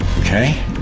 Okay